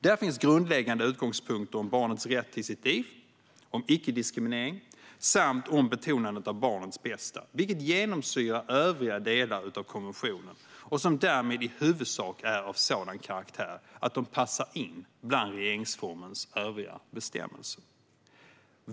Där finns grundläggande utgångspunkter om barnets rätt till sitt liv, om icke-diskriminering samt om betonandet av barnets bästa, vilket genomsyrar övriga delar av konventionen och därmed i huvudsak är av sådan karaktär att de passar in bland regeringsformens övriga bestämmelser.